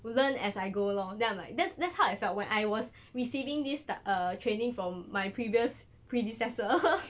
learn as I go lor then I'm like that's that's how I felt when I was receiving this like err training from my previous predecessor